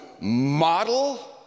model